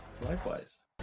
likewise